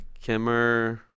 Kimmer